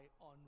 on